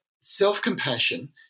self-compassion